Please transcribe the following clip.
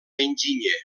enginyer